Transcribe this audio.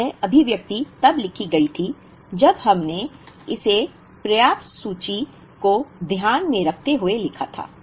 अब यह अभिव्यक्ति तब लिखी गई थी जब हमने इसे समाप्त सूची को ध्यान में रखते हुए लिखा था